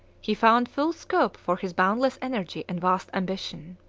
he found full scope for his boundless energy and vast ambition.